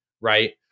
Right